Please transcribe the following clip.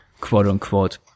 quote-unquote